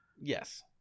Yes